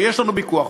ויש לנו ויכוח,